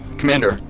commander,